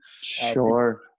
Sure